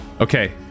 Okay